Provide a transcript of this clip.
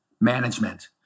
management